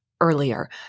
earlier